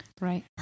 Right